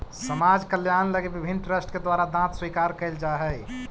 समाज कल्याण लगी विभिन्न ट्रस्ट के द्वारा दांत स्वीकार कैल जा हई